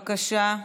כן, בבקשה.